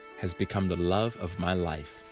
has become the love of my life.